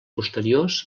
posteriors